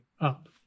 up